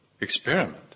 Experiment